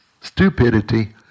stupidity